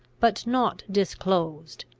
but not disclosed,